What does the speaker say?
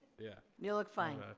yeah. you look fine.